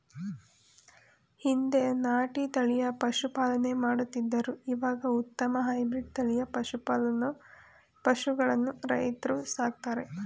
ಹಿಂದೆ ನಾಟಿ ತಳಿಯ ಪಶುಪಾಲನೆ ಮಾಡುತ್ತಿದ್ದರು ಇವಾಗ ಉತ್ತಮ ಹೈಬ್ರಿಡ್ ತಳಿಯ ಪಶುಗಳನ್ನು ರೈತ್ರು ಸಾಕ್ತರೆ